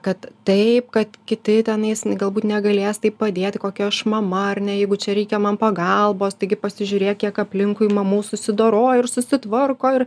kad taip kad kiti tenais galbūt negalės taip padėti kokia aš mama ar ne jeigu čia reikia man pagalbos taigi pasižiūrėk kiek aplinkui mamų susidorojo ir susitvarko ir